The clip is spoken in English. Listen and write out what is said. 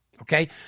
Okay